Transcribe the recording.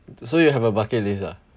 so you have a bucket list ah